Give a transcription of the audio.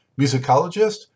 musicologist